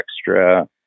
extra